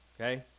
okay